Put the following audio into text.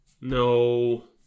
No